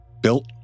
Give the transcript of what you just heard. built